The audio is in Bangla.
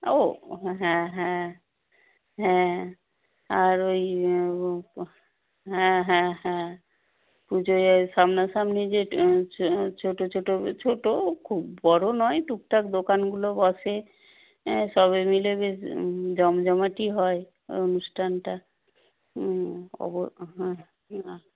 ও হ্যাঁ হ্যাঁ হ্যাঁ আর ওই হ্যাঁ হ্যাঁ হ্যাঁ পুজোয় সামনাসামনি যে ছোটো ছোটো ছোটো খুব বড় নয় টুকটাক দোকানগুলো বসে অ্যাঁ সবে মিলে বেশ জমজমাট হয় অনুষ্ঠানটা হুম হ্যাঁ না